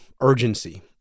urgency